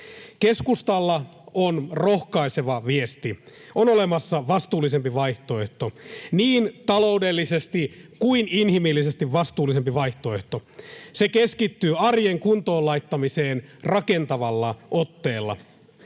Keskustalla on rohkaiseva viesti: on olemassa vastuullisempi vaihtoehto, niin taloudellisesti kuin inhimillisesti vastuullisempi vaihtoehto. Se keskittyy arjen kuntoon laittamiseen rakentavalla otteella.